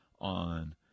on